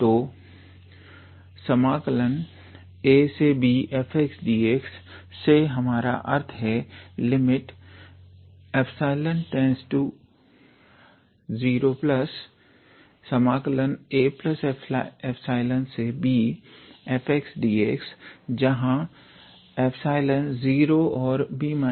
तो abfxdx से हमारा अर्थ है∈→0a∈bfxdx जहां 0 𝜀 𝑏−𝑎